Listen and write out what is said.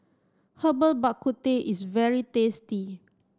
Herbal Bak Ku Teh is very tasty